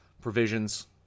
provisions